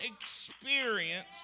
experience